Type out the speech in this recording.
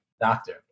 doctor